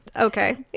Okay